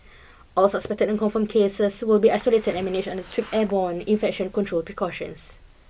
all suspected and confirmed cases will be isolated and managed under strict airborne infection control precautions